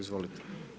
Izvolite.